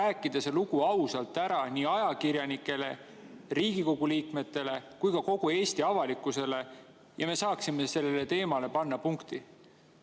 rääkida see lugu ausalt ära nii ajakirjanikele, Riigikogu liikmetele kui ka kogu Eesti avalikkusele, et me saaksime sellele teemale punkti